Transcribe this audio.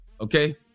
Okay